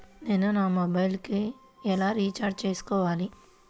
నేను నా మొబైల్కు ఎలా రీఛార్జ్ చేసుకోవాలి?